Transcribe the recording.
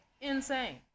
insane